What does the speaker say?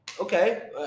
Okay